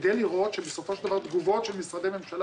כדי לראות שבסופו של דבר תגובות של משרדי ממשלה